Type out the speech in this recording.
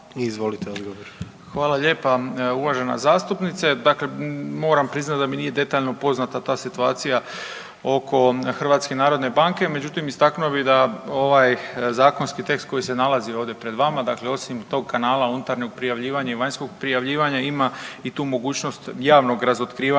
Hvala lijepa. Uvažena zastupnice, dakle moram priznati da mi nije detaljno poznata ta situacija oko Hrvatske narodne banke. Međutim, istaknuo bih da ovaj zakonski tekst koji se nalazi ovdje pred vama, dakle osim tog kanala unutarnjeg prijavljivanja i vanjskog prijavljivanja ima i tu mogućnost javnog razotkrivanja